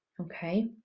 okay